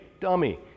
dummy